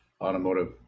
Automotive